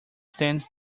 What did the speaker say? stands